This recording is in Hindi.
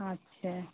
अच्छे